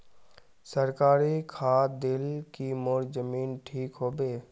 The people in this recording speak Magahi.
सरकारी खाद दिल की मोर जमीन ठीक होबे?